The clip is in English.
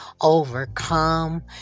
overcome